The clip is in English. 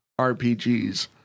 RPGs